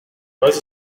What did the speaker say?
nós